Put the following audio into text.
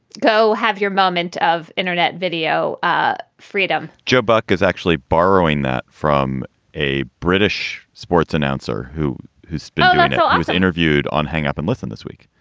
go have your moment of internet video ah freedom joe buck is actually borrowing that from a british sports announcer who who's speaking um so um was interviewed on hang up and listen this week.